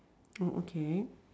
oh okay